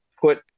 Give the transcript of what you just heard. put